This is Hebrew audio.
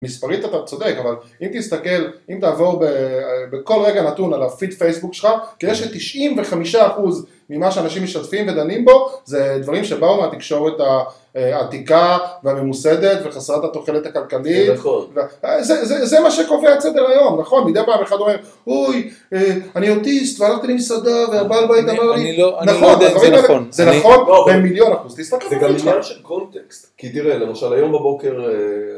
מספרית אתה צודק, אבל אם תסתכל, אם תעבור בכל רגע נתון על הפיד פייסבוק שלך, תראה ש-95% ממה שאנשים משתפים ודנים בו, זה דברים שבאו מהתקשורת העתיקה והממוסדת וחסרת התוחלת הכלכלית. נכון. זה מה שקובע את סדר היום, נכון? מדי פעם אחד אומר, אוי, אני אוטיסט והלכתי למסעדה והבע בית אמר לי דברים. אני לא, אני לא יודע אם זה נכון. זה נכון? במיליון אחוז. זה גם מיליון של קונטקסט. כי תראה, למשל, היום בבוקר...